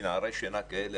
מן ערי שינה כאלה,